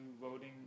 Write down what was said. voting